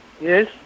Yes